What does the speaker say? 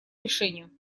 решению